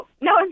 No